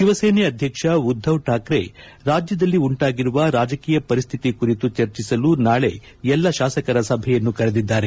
ಶಿವಸೇನೆ ಅಧ್ಯಕ್ಷ ಉದ್ದವ್ ಕಾಕ್ರೆ ರಾಜ್ಯದಲ್ಲಿ ಉಂಟಾಗಿರುವ ರಾಜಕೀಯ ಪರಿಸ್ಥಿತಿ ಕುರಿತು ಚರ್ಚಸಲು ನಾಳೆ ಎಲ್ಲ ಶಾಸಕರ ಸಭೆಯನ್ನು ಕರೆದಿದ್ದಾರೆ